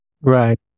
Right